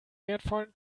wertvollen